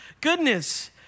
goodness